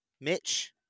Mitch